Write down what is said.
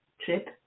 trip